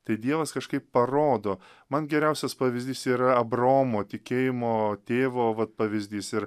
tai dievas kažkaip parodo man geriausias pavyzdys yra abraomo tikėjimo tėvo va pavyzdys ir